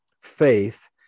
faith